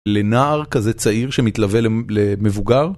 לנער כזה צעיר שמתלווה ל... למבוגר.